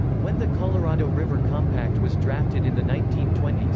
when the colorado river compact was drafted in the nineteen twenty s,